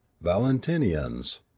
valentinians